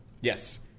Yes